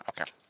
Okay